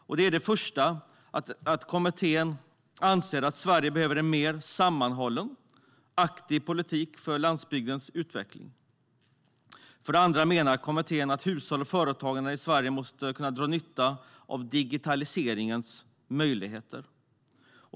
För det första anser kommittén att Sverige behöver en mer sammanhållen och aktiv politik för landsbygdens utveckling. För det andra menar kommittén att hushåll och företagande i Sverige måste kunna dra nytta av digitaliseringens möjligheter.